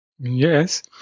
Yes